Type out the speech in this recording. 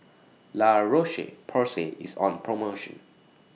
La Roche Porsay IS on promotion